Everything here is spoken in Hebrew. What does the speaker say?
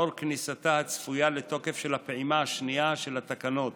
לאור כניסתה הצפויה לתוקף של הפעימה השנייה של התקנות